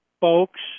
folks